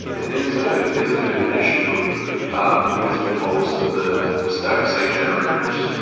it is ah it is a bit of an issue um with most of the static site generators.